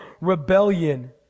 rebellion